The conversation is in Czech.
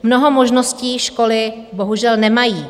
Mnoho možností školy bohužel nemají.